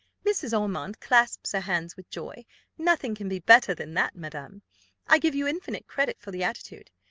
mrs. ormond clasps her hands with joy nothing can be better than that, madam i give you infinite credit for the attitude.